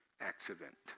accident